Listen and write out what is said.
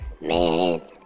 Man